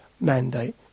mandate